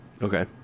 Okay